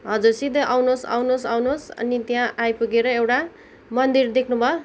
हजुर सिधै आउनुहोस् आउनुहोस् आउनुहोस् अनि त्यहाँ आइपुगरेर एउटा मन्दिर देख्नुभयो